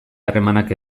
harremanak